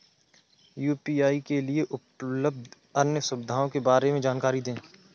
UPI के लिए उपलब्ध अन्य सुविधाओं के बारे में जानकारी दें?